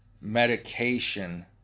medication